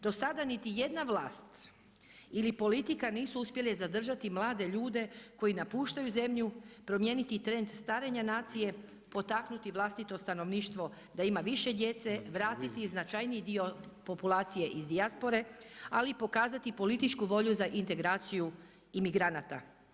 Do sada niti jedna vlast ili politika nisu uspjeli zadržati mlade ljude koji napuštaju zemlju, promijeniti trend starenja nacije, potaknuti vlastito stanovništvo da ima više djece, vratiti značajniji dio populacije iz dijaspore ali i pokazati političku volju za integraciju imigranata.